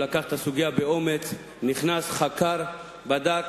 שלקח את הסוגיה באומץ, נכנס, חקר ובדק,